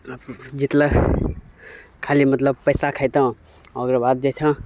जितलऽ खाली मतलब पइसा खइतऽ ओकरऽ बाद जे छऽ